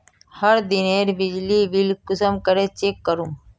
हर दिनेर बिजली बिल कुंसम करे चेक करूम?